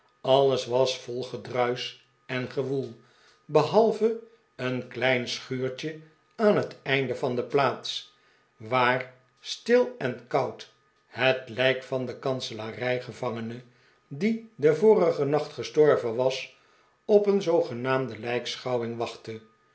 alles was vol gedruisch en gewoel behalve een klein schuurtje aan het einde van de plaats waar stil en koud het lijk van den kanselarij gevangene die den vorigen nacht gestorven was op een zoogenaamde